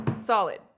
solid